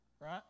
right